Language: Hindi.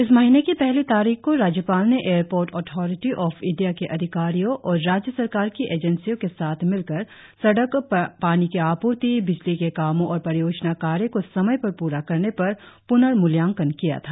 इस महीने की पहली तारीख को राज्यपाल ने एयरपोर्ट अथॉरिटी ऑफ इंडिया के अधिकारियो और राज्य सरकार की एजेंसियों के साथ मिलकर सड़क पानी की आप्रर्ति बिजली के कामो और परियोजना कार्य को समय पर प्रा करने पर प्नर्मूल्यांकन किया था